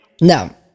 No